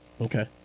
okay